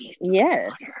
yes